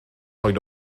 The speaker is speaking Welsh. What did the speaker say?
lloyd